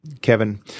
Kevin